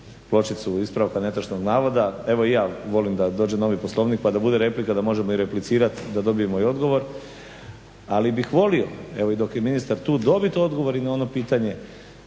pločicu ispravka netočnog navoda. Evo i ja volim da dođe novi Poslovnika pa da bude replika pa da možemo replicirati da dobijemo i odgovor, ali bih volio i dok je ministar tu i dobiti odgovor na ono pitanje